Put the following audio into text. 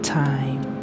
time